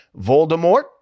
Voldemort